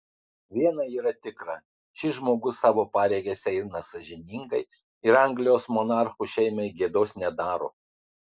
viena yra tikra šis žmogus savo pareigas eina sąžiningai ir anglijos monarchų šeimai gėdos nedaro